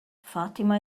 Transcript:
fatima